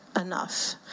enough